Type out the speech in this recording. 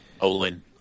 Olin